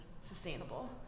sustainable